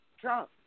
Trump